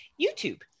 youtube